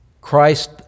Christ